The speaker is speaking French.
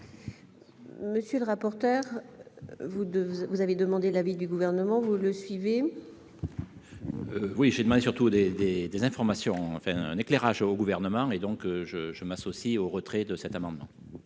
Monsieur le rapporteur, vous devez vous avez demandé l'avis du gouvernement, vous le suivez. Oui, j'ai demain surtout des, des, des informations, enfin : un éclairage au gouvernement et donc je je m'associe au retrait de cet amendement.